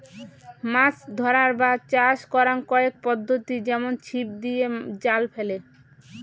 মাছ ধরার বা চাষ করাং কয়েক পদ্ধতি যেমন ছিপ দিয়ে, জাল ফেলে